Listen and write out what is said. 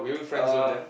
uh